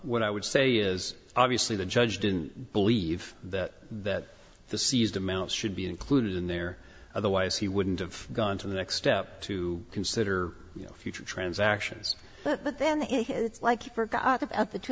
what i would say is obviously the judge didn't believe that the seized amount should be included in there otherwise he wouldn't have gone to the next step to consider you know future transactions but then it's like you forgot about the two